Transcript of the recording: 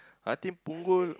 I think punggol